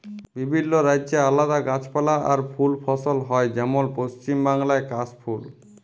বিভিল্য রাজ্যে আলাদা গাছপালা আর ফুল ফসল হ্যয় যেমল পশ্চিম বাংলায় কাশ ফুল